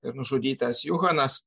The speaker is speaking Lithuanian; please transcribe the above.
ir nužudytas juhanas